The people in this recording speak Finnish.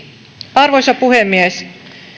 arvoisa puhemies